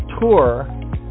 tour